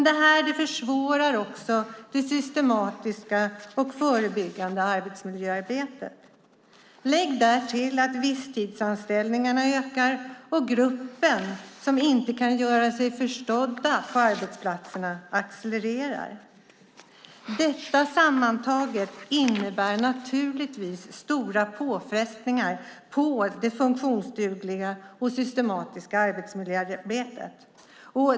Det försvårar också det systematiska och förebyggande arbetsmiljöarbetet. Lägg därtill att visstidsanställningarna ökar och att gruppen som inte kan göra sig förstådd på arbetsplatser accelererar. Detta sammantaget innebär naturligtvis stora påfrestningar på det funktionsdugliga och systematiska arbetsmiljöarbetet.